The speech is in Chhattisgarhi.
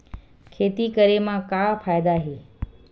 खेती करे म का फ़ायदा हे?